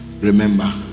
remember